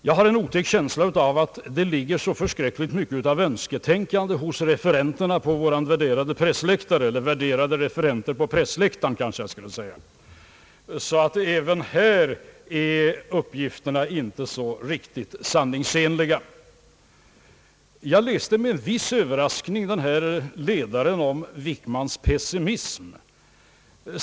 Jag har en otäck känsla av att det ligger så mycket av önsketänkande hos våra värderade referenter på pressläktaren så att även här är uppgifterna inte så riktigt sanningsenliga. Med viss överraskning läste jag i ledaren om herr Wickmans pessimism.